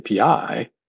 API